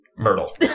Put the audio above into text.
Myrtle